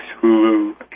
Hulu